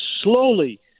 slowly